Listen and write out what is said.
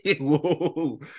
whoa